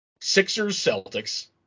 Sixers-Celtics